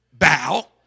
Bow